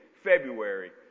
February